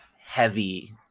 heavy